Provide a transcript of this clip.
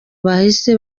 bahise